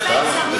בבקשה.